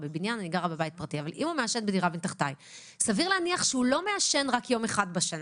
סביר להניח שהוא לא מעשן רק יום אחד בשנה.